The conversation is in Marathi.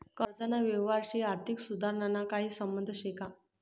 कर्जना यवहारशी आर्थिक सुधारणाना काही संबंध शे का?